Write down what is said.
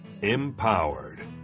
empowered